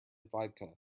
vodka